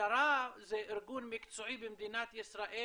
המשטרה זה ארגון מקצועי במדינת ישראל,